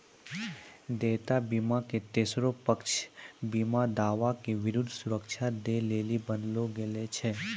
देयता बीमा के तेसरो पक्ष बीमा दावा के विरुद्ध सुरक्षा दै लेली बनैलो गेलौ छै